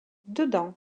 dedans